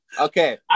Okay